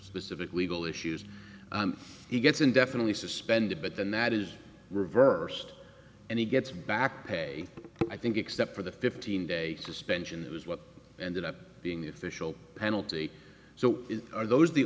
specific legal issues and he gets indefinitely suspended but then that is reversed and he gets back pay i think except for the fifteen day suspension that was what ended up being the official penalty so are those the